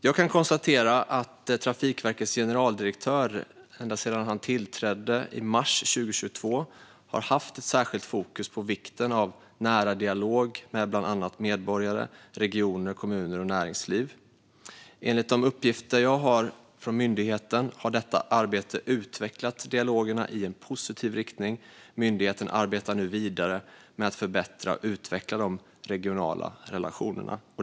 Jag kan konstatera att Trafikverkets generaldirektör ända sedan han tillträdde i mars 2022 har haft ett särskilt fokus på vikten av nära dialog med bland annat medborgare, regioner, kommuner och näringsliv. Enligt de uppgifter jag har från myndigheten har detta arbete utvecklat dialogerna i en positiv riktning. Myndigheten arbetar nu vidare med att förbättra och utveckla de regionala relationerna.